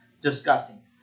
discussing